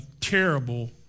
terrible